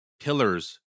pillars